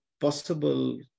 possible